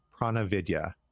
Pranavidya